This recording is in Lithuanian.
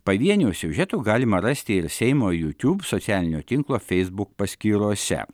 pavienių siužetų galima rasti ir seimo youtube socialinio tinklo facebook paskyrose